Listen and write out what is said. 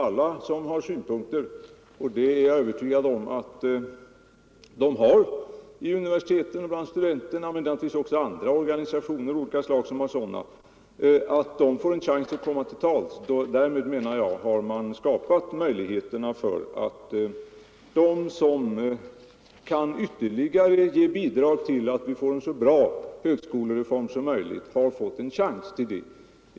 Om alla som har syn punkter — det är jag övertygad om att man har på universiteten och bland studenterna, men naturligtvis också i andra organisationer av olika slag —- får komma till tals har man därmed skapat möjlighet för dem att bidra till att vi får en så bra högskolereform som möjligt.